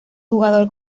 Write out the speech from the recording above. jugador